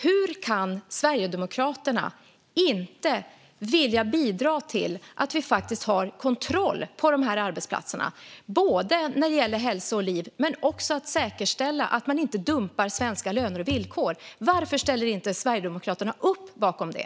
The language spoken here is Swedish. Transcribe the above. Hur kan Sverigedemokraterna inte vilja bidra till att vi har kontroll på de här arbetsplatserna när det gäller hälsa och liv och för att säkerställa att man inte dumpar svenska löner och villkor? Varför ställer inte Sverigedemokraterna upp på det?